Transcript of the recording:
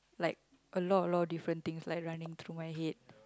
like a lot a lot of different things like running through my head